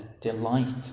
delight